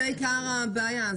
זה עיקר הבעיה.